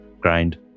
Grind